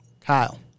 Kyle